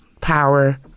power